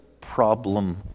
problem